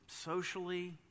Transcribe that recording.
socially